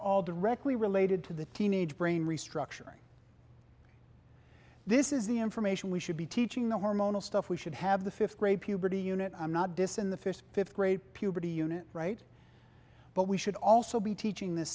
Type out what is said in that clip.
all directly related to the teenage brain restructuring this is the information we should be teaching the hormonal stuff we should have the fifth grade puberty unit i'm not dissin the fifty fifth grade puberty unit right but we should also be teaching this